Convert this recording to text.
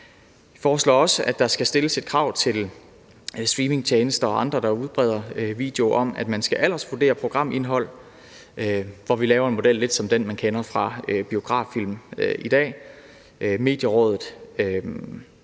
Det foreslås også, at der skal stilles et krav til streamingtjenester og andre, der udbreder videoer, om, at man skal aldersvurdere programindhold; vi laver en model, der er lidt som den, man kender fra biograffilm i dag. Medierådet